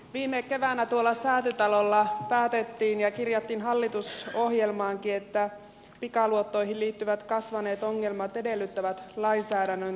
viime keväänä tuolla säätytalolla päätettiin ja kirjattiin hallitusohjelmaankin että pikaluottoihin liittyvät kasvaneet ongelmat edellyttävät lainsäädännön tiukentamista